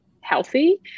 healthy